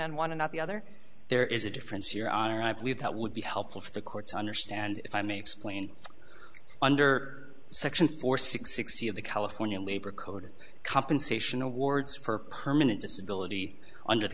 on one and not the other there is a difference your honor i believe that would be helpful for the court's understand if i may explain under section four six sixty of the california labor code of compensation awards for permanent disability under the